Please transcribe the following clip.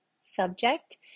subject